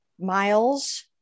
Miles